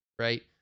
right